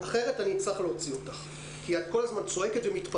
אחרת אצטרך להוציא אותך כי את כל הזמן ומתפרצת.